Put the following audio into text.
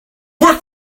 work